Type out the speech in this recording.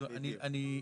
תראה,